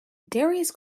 darius